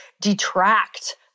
detract